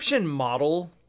model